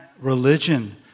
religion